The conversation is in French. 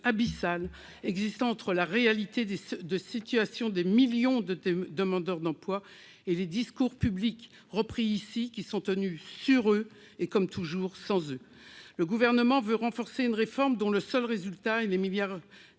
abyssal qui existe entre la situation réelle de millions de demandeurs d'emploi et les discours publics, repris ici, qui sont tenus sur eux et, comme toujours, sans eux. Le Gouvernement veut engager une réforme dont le seul résultat sera des milliards